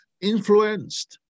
influenced